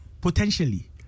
Potentially